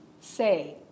say